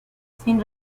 sin